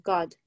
God